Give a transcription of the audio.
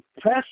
press